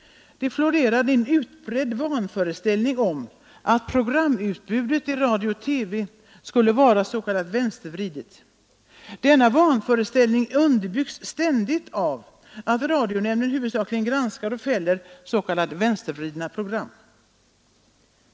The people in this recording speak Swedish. Det florerar en utbredd vanföreställning om att programutbudet Å radio-TV skulle vara ”vänstervridet”. Denna vanföreställning underbyggs ständigt av att radionämnden huvudsakligen granskar och fäller ”vänstervridna” program.